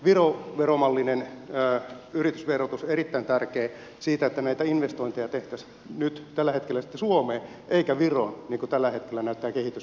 viro veromallinen yritysverotus on erittäin tärkeä siitä että näitä investointeja tehtäisiin nyt tällä hetkellä sitten suomeen eikä viroon niin kuin tällä hetkellä näyttää kehitys olevan